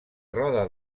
roda